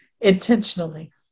intentionally